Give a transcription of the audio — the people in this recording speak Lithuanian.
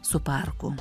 su parku